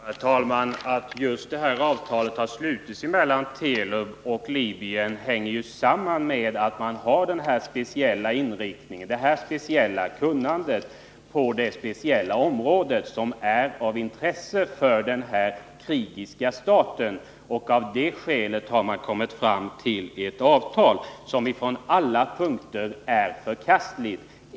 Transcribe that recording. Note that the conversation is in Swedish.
Herr talman! Att detta avtal har slutits mellan just Telub och Libyen hänger samman med att företaget har denna speciella inriktning, detta speciella kunnande på detta avgränsade område, som är av intresse för denna krigiska stat. Av det skälet har man kommit fram till ett avtal, som från alla synpunkter är förkastligt.